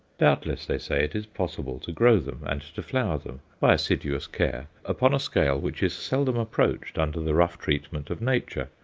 doubtless, they say, it is possible to grow them and to flower them, by assiduous care, upon a scale which is seldom approached under the rough treatment of nature.